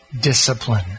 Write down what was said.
discipline